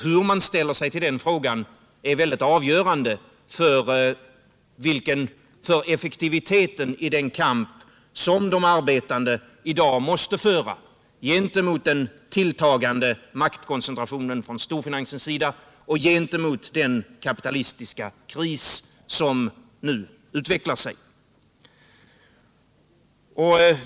Hur man ställer sig till den frågan är mycket avgörande för effektiviteten i den kamp som de arbetande i dag måste föra gentemot den tilltagande maktkoncentration från storfinansens sida och gentemot den kapitalistiska kris som nu utvecklar sig.